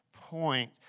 point